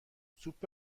سوپ